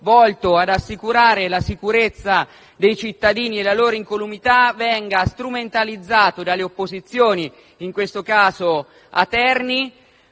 volto a garantire la sicurezza dei cittadini e la loro incolumità venga strumentalizzato dalle opposizioni, in questo caso a Terni,